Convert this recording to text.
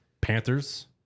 Panthers